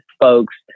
folks